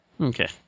Okay